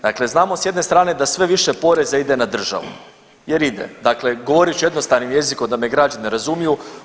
Dakle, znamo s jedne strane da sve više poreza ide na državu jer ide, dakle govorit ću jednostavnim jezikom da me građani razumiju.